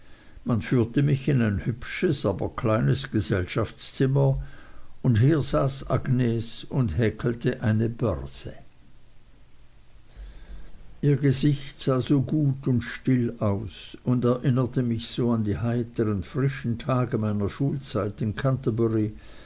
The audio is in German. man führte mich in ein hübsches aber kleines gesellschaftszimmer und hier saß agnes und häkelte eine börse ihr gesicht sah so gut und still aus und erinnerte mich so an die heitern frischen tage meiner schulzeit in